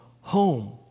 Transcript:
home